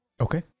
Okay